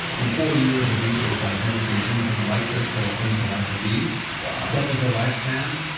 in forty years of research, i've never seen anything like this that extends the life of bees, doubles their lifespan.